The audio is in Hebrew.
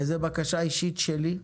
וזו בקשה אישית שלי,